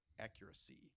accuracy